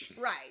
Right